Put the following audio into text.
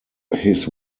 his